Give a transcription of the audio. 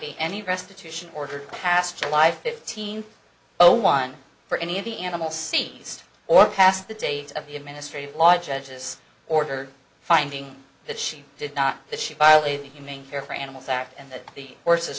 be any restitution ordered past july fifteenth oh one for any of the animals seized or past the date of the administrative law judges order finding that she did not that she violated the humane care for animals act and that the horses